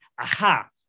Aha